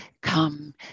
Come